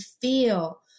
feel